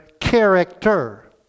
character